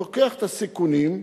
לוקח את הסיכונים,